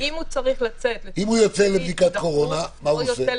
אם הוא יוצא לבדיקת קורונה,